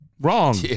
wrong